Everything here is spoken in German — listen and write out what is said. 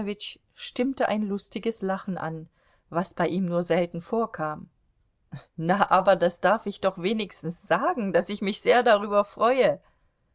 stimmte ein lustiges lachen an was bei ihm nur selten vorkam na aber das darf ich doch wenigstens sagen daß ich mich sehr darüber freue